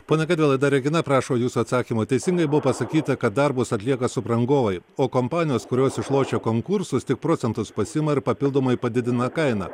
pone gedvilai dar regina prašo jūsų atsakymo teisingai buvo pasakyta kad darbus atlieka subrangovai o kompanijos kurios išlošia konkursus tik procentus pasiima ir papildomai padidina kainą